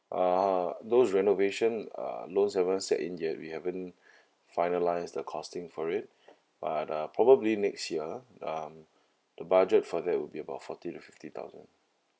uh those renovation uh loans haven't set in yet we haven't finalise the costing for it but uh probably next year um the budget for that would be about forty to fifty thousand